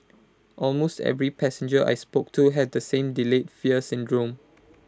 almost every passenger I spoke to had the same delayed fear syndrome